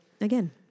again